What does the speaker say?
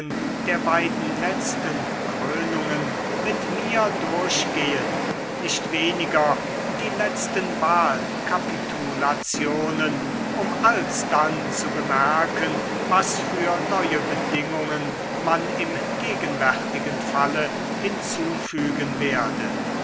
der beiden letzten krönungen mit mir durchgehen nicht weniger die letzten wahlkapitulationen um alsdann zu bemerken was für neue bedingungen man im gegenwärtigen falle hinzufügen werde